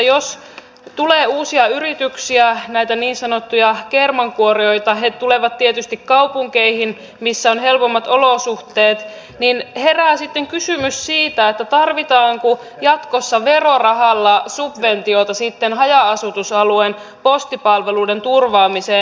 jos tulee uusia yrityksiä näitä niin sanottuja kermankuorijoita he tulevat tietysti kaupunkeihin missä on helpommat olosuhteet niin herää sitten kysymys siitä tarvitaanko jatkossa verorahalla subventiota sitten haja asutusalueen postipalveluiden turvaamiseen